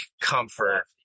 comfort